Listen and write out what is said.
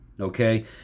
Okay